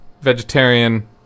vegetarian